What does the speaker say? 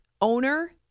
owner